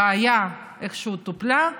הבעיה איכשהו טופלה,